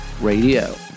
Radio